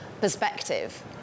perspective